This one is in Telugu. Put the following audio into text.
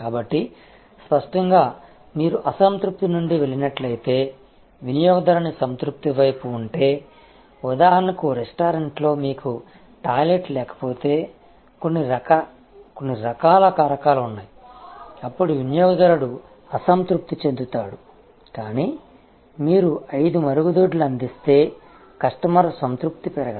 కాబట్టి స్పష్టంగా మీరు అసంతృప్తి నుండి వెళ్లినట్లయితే వినియోగదారుని సంతృప్తి వైపు ఉంటే ఉదాహరణకు రెస్టారెంట్లో మీకు టాయిలెట్ లేకపోతే కొన్ని రకాల కారకాలు ఉన్నాయి అప్పుడు వినియోగదారుడు అసంతృప్తి చెందుతాడు కానీ మీరు ఐదు మరుగుదొడ్లు అందిస్తే కస్టమర్ సంతృప్తి పెరగదు